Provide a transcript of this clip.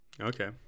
Okay